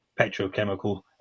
petrochemical